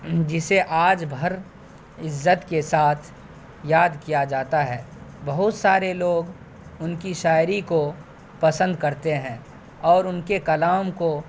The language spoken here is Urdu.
جسے آج بھر عزت کے ساتھ یاد کیا جاتا ہے بہت سارے لوگ ان کی شاعری کو پسند کرتے ہیں اور ان کے کلام کو